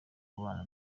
kubana